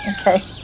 Okay